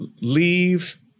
leave